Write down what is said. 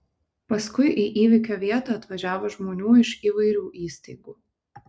paskui į įvykio vietą atvažiavo žmonių iš įvairių įstaigų